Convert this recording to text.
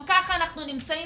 גם ככה אנחנו נמצאים